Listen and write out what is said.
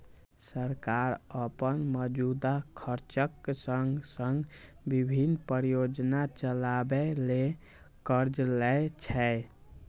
सरकार अपन मौजूदा खर्चक संग संग विभिन्न परियोजना चलाबै ले कर्ज लै छै